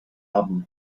album